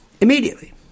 Immediately